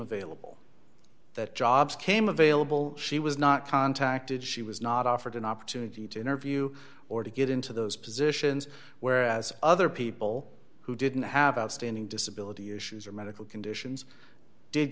available that jobs came available she was not contacted she was not offered an opportunity to interview or to get into those positions whereas other people who didn't have outstanding disability issues or medical conditions did